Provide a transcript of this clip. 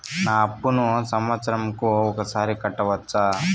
నా అప్పును సంవత్సరంకు ఒకసారి కట్టవచ్చా?